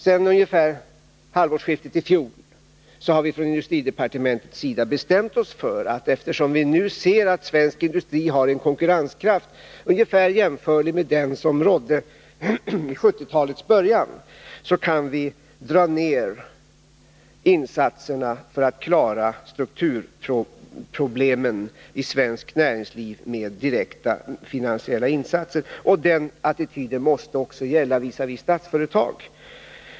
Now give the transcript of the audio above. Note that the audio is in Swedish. Sedan ungefär halvårsskiftet i fjol har vi från industridepartementets sida bestämt oss för — eftersom vi nu ser att svensk industri har en konkurrenskraft som är ungefär jämförlig med den som rådde under 1970-talets början — att vi kan dra ned insatserna för att klara strukturproblemen i svenskt näringsliv med direkta finansiella insatser. Den attityden måste också gälla visavi Statsföretag.